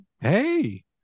Hey